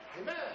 Amen